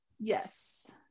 Yes